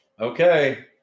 Okay